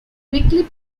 quickly